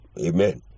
Amen